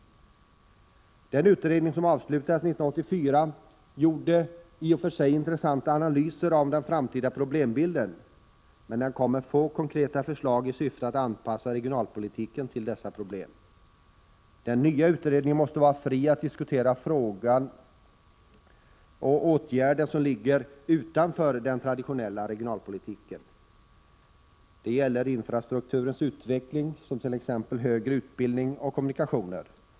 Den utredning som avslutades 1984 gjorde intressanta analyser av den framtida problembilden, men den kom med få konkreta förslag i syfte att anpassa regionalpolitiken till dessa problem. Den nya utredningen måste vara fri att diskutera åtgärder som ligger utanför den traditionella regionalpolitiken. Det gäller infrastrukturens utveckling, som högre utbildning och kommunikationer.